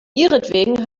ihretwegen